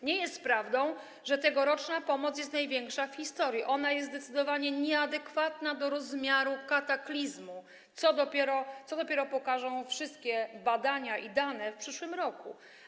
Nie jest prawdą, że tegoroczna pomoc jest największa w historii, ona jest zdecydowanie nieadekwatna do rozmiaru kataklizmu, co dopiero pokażą wszystkie badania i dane w przyszłym roku.